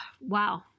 wow